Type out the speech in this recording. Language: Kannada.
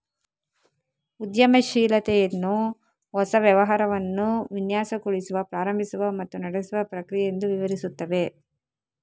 ಉದ್ಯಮಶೀಲತೆಯನ್ನು ಹೊಸ ವ್ಯವಹಾರವನ್ನು ವಿನ್ಯಾಸಗೊಳಿಸುವ, ಪ್ರಾರಂಭಿಸುವ ಮತ್ತು ನಡೆಸುವ ಪ್ರಕ್ರಿಯೆ ಎಂದು ವಿವರಿಸುತ್ತವೆ